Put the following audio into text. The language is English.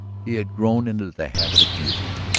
he had grown into the habit of musing.